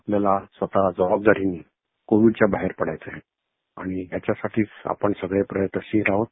आपल्याला स्वत जबाबदारीने कोविडच्या बाहेर पडायचं आहे आणि याच्यासाठीच आपण सगळे प्रयत्नशील आहोत